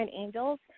Angels